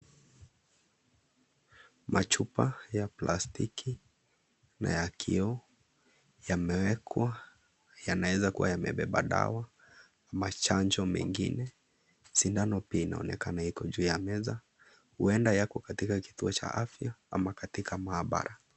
Machupa ya plastiki na ya kioo yamewekwa yanaeza kuwa yamebeba dawa ama chanjo mengine, sindano pia inaonekana iko juu ya meza, huenda yako katika kituo cha afya ama katika mahabara.